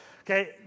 okay